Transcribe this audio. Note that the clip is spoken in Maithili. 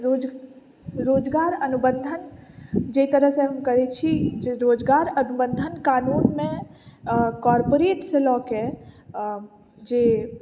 रोज रोजगार अनुबन्धन जाहि तरहसँ हम करैत छी जे रोजगार अनुबन्धन कानूनमे कोर्पोरेटसँ लऽ कऽ जे